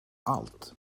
allt